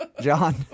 John